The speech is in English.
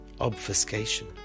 obfuscation